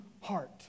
heart